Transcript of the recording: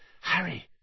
Harry